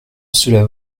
cela